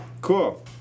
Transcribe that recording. Cool